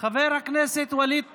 חבר כנסת ווליד טאהא,